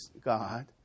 God